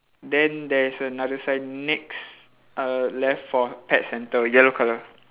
then there is another sign next err left for pet centre yellow colour